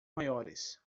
maiores